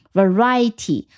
variety